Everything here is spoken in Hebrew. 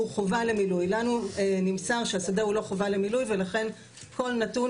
לנו נמסר שהשדה הוא לא חובה למילוי ולכן כל נתון,